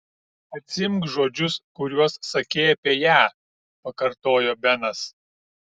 atsiimk žodžius kuriuos sakei apie ją pakartojo benas